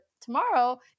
tomorrow